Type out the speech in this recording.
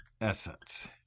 essence